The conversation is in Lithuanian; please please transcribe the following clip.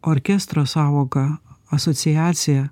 orkestro sąvoka asociacija